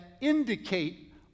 indicate